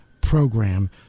program